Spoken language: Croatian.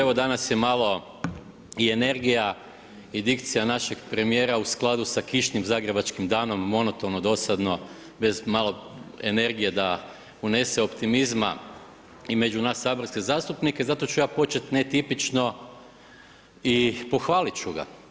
Evo danas je malo i energija i dikcija našeg premijera u skladu sa kišnim zagrebačkim danom, monotono, dosadno, bez malo energije da unese optimizma i među nas saborske zastupnike, zato ću ja početi netipično i pohvalit ću ga.